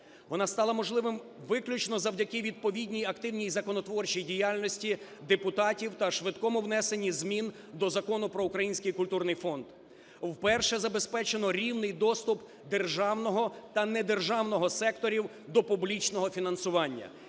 Вона стала можливою виключно завдяки відповідній активній законотворчій діяльності депутатів та швидкому внесенню змін до Закону "Про Український культурний фонд". Вперше забезпечено рівний доступ державного та недержавного секторів до публічного фінансування,